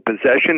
possession